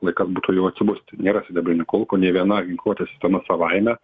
laikas būtų jau atsibusti ir sidabrinių kulkų nė viena ginkluotės sistema savaime